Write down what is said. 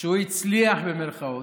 וכשהוא "הצליח", במירכאות,